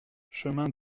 chemin